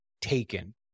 taken